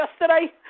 yesterday